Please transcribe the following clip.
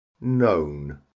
known